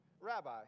Rabbi